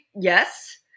yes